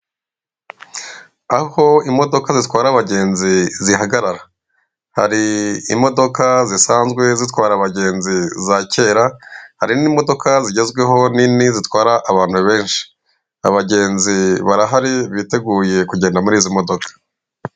Aho imodoka zitwara abagenzi zihagarara. Hari imodoka zisanzwe zitwara abagenzi zacyera, hari n'imodoka zigezweho nini zitwara abantu benshi. Abagenzi barahari benshi biteguye kugenda muri izo modoka.